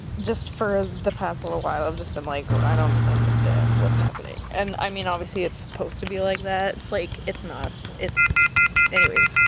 just for the past little while i've just been like i don't understand what's happening and i mean obviously it's supposed to be like that like it's not it's anyways,